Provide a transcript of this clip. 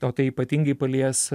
o tai ypatingai palies